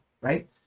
right